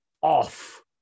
off